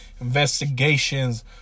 investigations